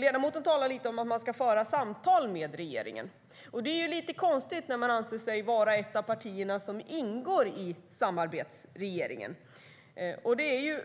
Ledamoten talar om att man ska föra samtal med regeringen, och det är lite konstigt när man anser sig vara ett av de partier som ingår i samarbetsregeringen. Återigen: